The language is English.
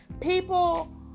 people